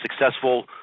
successful